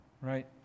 right